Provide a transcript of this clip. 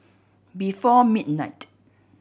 before midnight